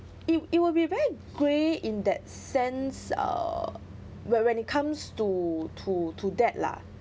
it it will be very grey in that sense uh whe~ when it comes to to to that lah